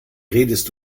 redest